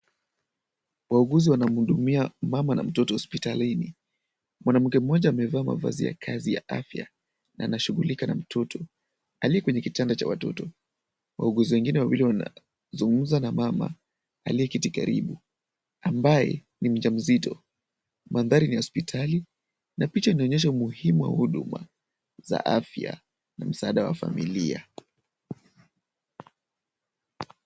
Wauguzi wanamhudumia mama na mtoto hospitalini. Mwanamke mmoja amevaa mavazi ya kazi ya afya na anashughulika na mtoto aliye kwenye kitanda cha watoto. Wauguzi wengine wawili wanazungumza na mama aliye keti karibu ambaye ni mjamzito. Mandhari ni ya hospitali na picha inaonyesha umuhimu wa huduma za afya na msaada wa familia.